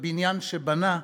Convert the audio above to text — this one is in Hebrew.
בבניין שבנה,